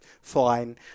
fine